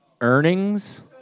earnings